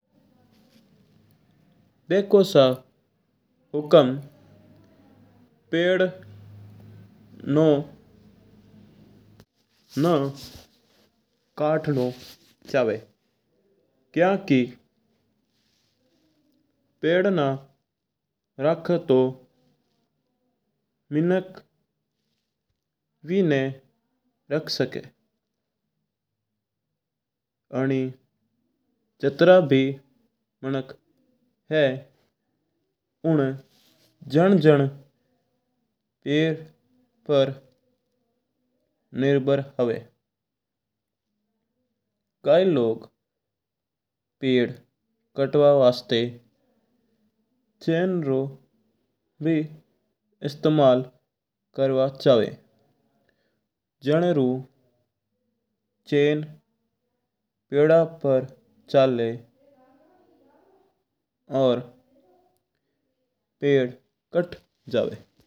देखो सा हुकम पड़ नू ना करनो चवा। क्यूंकि पड़ ना राखी तू मिनक विनी रख सक। जात्रा भी माणक है उन जन जन जीवन पड़ पर निर्भर हुआ है। पड़ कटवा वस्त चेन रो भी प्रयोग करवा चवा जनूरू पड़ा पर चला और पड़ कट जवा।